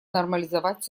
нормализовать